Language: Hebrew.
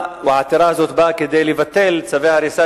העתירה הזו באה כדי לבטל את צווי ההריסה